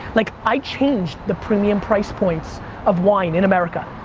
like i changed the premium price points of wine in america.